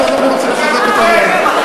אז אנחנו רוצים לחזק את העניין.